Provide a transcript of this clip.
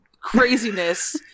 craziness